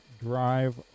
drive